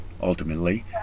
ultimately